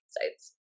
sites